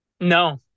No